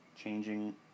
changing